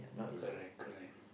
correct correct